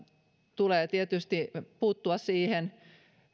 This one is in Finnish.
tulee tietysti puuttua siihen